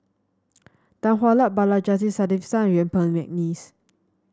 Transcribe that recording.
Tan Hwa Luck Balaji Sadasivan Yuen Peng McNeice